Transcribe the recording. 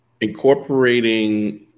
incorporating